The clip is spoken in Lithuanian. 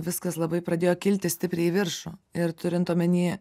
viskas labai pradėjo kilti stipriai į viršų ir turint omeny